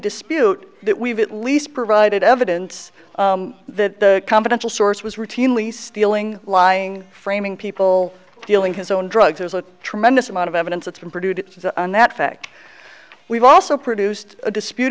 dispute that we've at least provided evidence that confidential source was routinely stealing lying framing people stealing his own drugs there's a tremendous amount of evidence that's been produced and that fact we've also produced a dispute